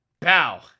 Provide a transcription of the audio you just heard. Bow